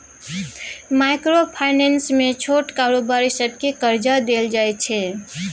micro finance मे छोट कारोबारी सबकेँ करजा देल जाइ छै